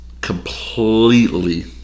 completely